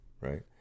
right